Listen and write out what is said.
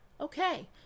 Okay